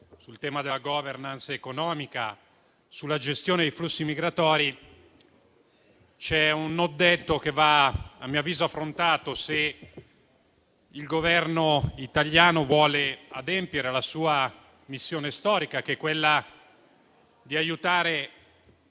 sul tema della *governance* economica e sulla gestione dei flussi migratori, c'è un non detto che, a mio avviso, va affrontato se il Governo italiano vuole adempiere la sua missione storica, che è quella di aiutare